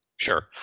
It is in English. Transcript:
Sure